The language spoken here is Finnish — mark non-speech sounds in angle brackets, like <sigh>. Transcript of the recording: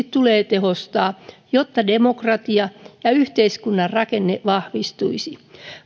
<unintelligible> tulee tehostaa jotta demokratia ja yhteiskunnan rakenne vahvistuisivat